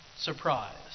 surprise